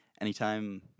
Anytime